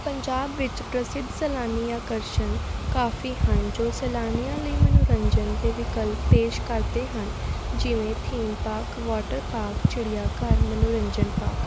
ਪੰਜਾਬ ਵਿੱਚ ਪ੍ਰਸਿੱਧ ਸੈਲਾਨੀ ਆਕਰਸ਼ਨ ਕਾਫੀ ਹਨ ਜੋ ਸੈਲਾਨੀਆਂ ਲਈ ਮਨੋਰੰਜਨ ਅਤੇ ਵਿਕਲਪ ਪੇਸ਼ ਕਰਦੇ ਹਨ ਜਿਵੇਂ ਥੀਮ ਪਾਕ ਵੋਟਰ ਪਾਕ ਚਿੜੀਆ ਘਰ ਮਨੋਰੰਜਨ ਪਾਕ